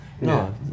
no